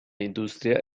industria